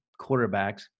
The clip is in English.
quarterbacks